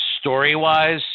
story-wise